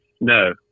No